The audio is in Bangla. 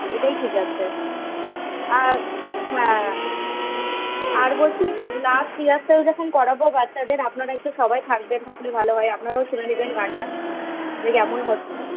এটাই ঠিক আছে আর হ্যাঁ আর বলছি লাস্ট রিহারসাল যখন করাবো বাচ্চাদের আপনারা একটু সবাই থাকবেন থাকলি ভালো হয় আপানারাও শুনে নেবেন গানটা যে কেমন হচ্ছে